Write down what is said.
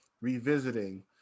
revisiting